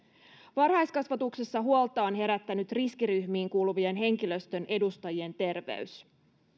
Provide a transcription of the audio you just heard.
varhaiskasvatuksessa huolta on herättänyt riskiryhmiin kuuluvien henkilöstön edustajien terveys